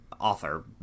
author